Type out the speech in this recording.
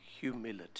humility